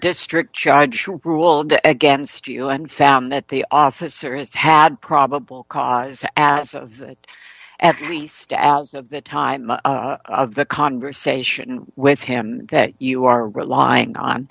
district judge ruled against you and found that the officers had probable cause as of at least as of the time of the conversation with him that you are relying on